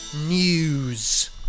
news